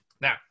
Now